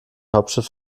hauptstadt